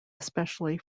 especially